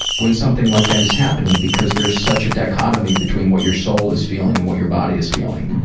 when something like that is happening, because there is such a dichotomy between what your soul is feeling and what your body is feeling.